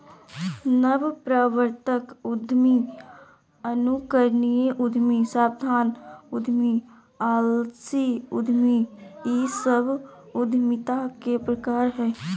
नवप्रवर्तक उद्यमी, अनुकरणीय उद्यमी, सावधान उद्यमी, आलसी उद्यमी इ सब उद्यमिता के प्रकार हइ